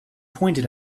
pointed